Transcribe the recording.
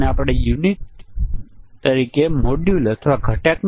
અન્ય કોઈપણ સંયોજનો જેમ કે આ 1 છે આ 1 છે આ 1 છે આ 1 છે તો કોઈ સમસ્યા નથી